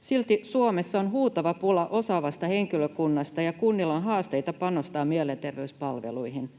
Silti Suomessa on huutava pula osaavasta henkilökunnasta ja kunnilla on haasteita panostaa mielenterveyspalveluihin.